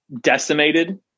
decimated